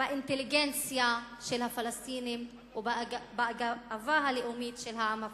באינטליגנציה של הפלסטינים ובגאווה הלאומית של העם הפלסטיני.